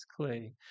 Clay